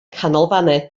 canolfannau